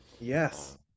Yes